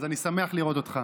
אז אני שמח לראות אותך.